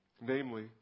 Namely